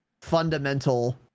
fundamental